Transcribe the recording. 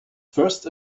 first